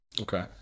Okay